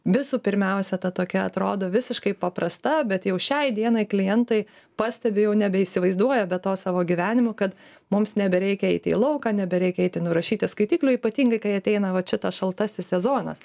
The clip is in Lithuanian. visų pirmiausia ta tokia atrodo visiškai paprasta bet jau šiai dienai klientai pastebi jau nebeįsivaizduoja be to savo gyvenimo kad mums nebereikia eiti į lauką nebereikia eiti nurašyti skaitiklių ypatingai kai ateina va čia tas šaltasis sezonas